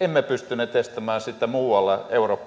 emme pystyneet estämään tekemästä sitä muualla